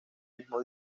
mismo